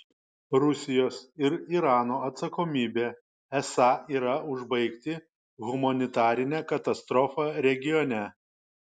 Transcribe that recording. rusijos ir irano atsakomybė esą yra užbaigti humanitarinę katastrofą regione